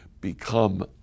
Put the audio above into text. become